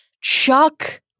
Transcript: Chuck